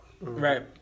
Right